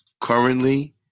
Currently